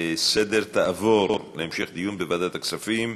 להעביר את זה לוועדת הכספים.